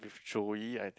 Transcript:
with Joey I think